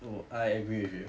mm I agree with you